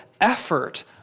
effort